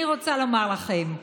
אני רוצה לומר לכם: